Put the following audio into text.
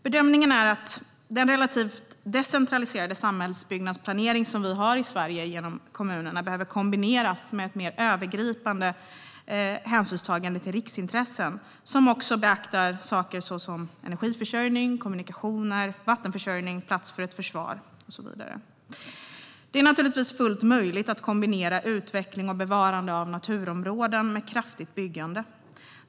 Bedömningen är att den relativt decentraliserade samhällsbyggnadsplanering som vi har i Sverige genom kommunerna behöver kombineras med mer övergripande hänsynstagande till riksintressen där också saker som energiförsörjning, kommunikationer, vattenförsörjning, plats för ett försvar och så vidare beaktas. Det är naturligtvis fullt möjligt att kombinera utveckling och bevarande av naturområden med kraftigt byggande.